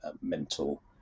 mental